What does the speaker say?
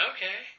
Okay